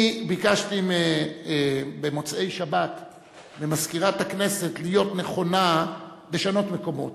אני ביקשתי במוצאי-שבת ממזכירת הכנסת להיות נכונה לשנות מקומות,